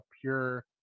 pure